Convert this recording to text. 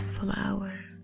flower